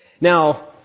Now